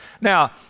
Now